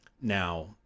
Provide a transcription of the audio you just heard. Now